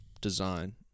design